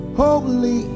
holy